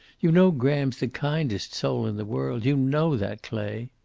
you know graham's the kindest soul in the world. you know that, clay.